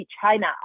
China